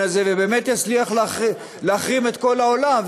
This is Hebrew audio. הזה ובאמת יצליח להחרים את כל העולם,